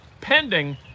pending